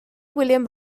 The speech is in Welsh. william